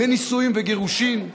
בנישואים וגירושים.